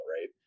Right